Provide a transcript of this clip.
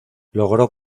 logró